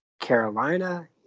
Carolina